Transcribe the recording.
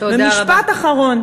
ומשפט אחרון,